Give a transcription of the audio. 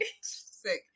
Sick